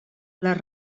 les